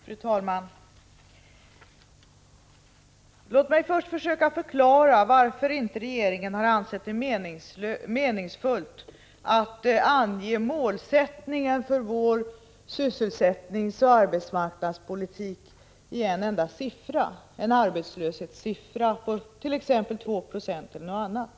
Fru talman! Låt mig först försöka förklara varför vi i regeringen inte har ansett det meningsfullt att ange målsättningen för vår sysselsättningsoch arbetsmarknadspolitik genom att redovisa en siffra, en arbetslöshetssiffra på t.ex. 2 90 eller något annat.